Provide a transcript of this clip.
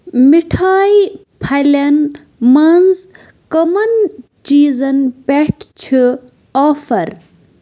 مِٹھایہِ پھَلٮ۪ن منٛز کَمَن چیٖزن پٮ۪ٹھ چھِ آفَر